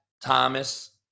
Thomas